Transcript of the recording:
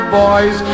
boys